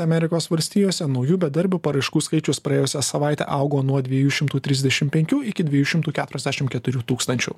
amerikos valstijose naujų bedarbių paraiškų skaičius praėjusią savaitę augo nuo dviejų šimtų trisdešim penkių iki dviejų šimtų keturiasdešim keturių tūkstančių